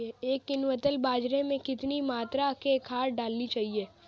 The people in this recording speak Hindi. एक क्विंटल बाजरे में कितनी मात्रा में खाद डालनी चाहिए?